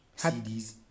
cds